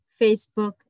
Facebook